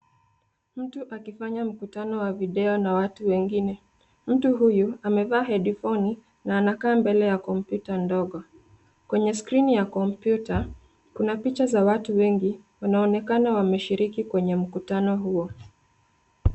Mtu akifanya mkutano wa video n watu wengine. Mtu huyu amevaa hedifoni na anakaa mbele ya kompyuta ndogo. Kwenye skrini ya kompyuta kuna picha za watu wengi wanaonekana wameshiriki kwenye mkutano huo.